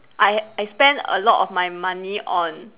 I I spend a lot of my money on